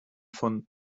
von